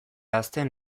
hazten